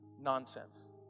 nonsense